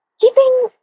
keeping